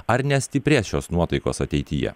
ar nestiprės šios nuotaikos ateityje